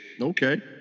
Okay